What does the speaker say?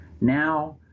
Now